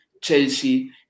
Chelsea